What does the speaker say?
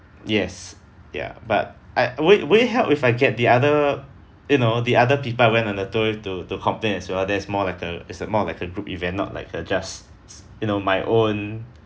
yes ya but I would it would it help if I get the other you know the other people I went on the tour with to to complain as well that's more like a it's a more like a group event not like a just you know my own